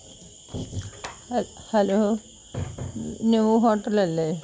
hello new hotel അല്ലേ